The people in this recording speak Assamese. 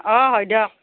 অঁ হয় দিয়ক